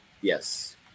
yes